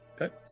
Okay